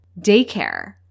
daycare